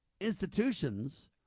institutions